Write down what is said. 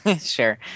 Sure